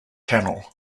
channel